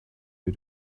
you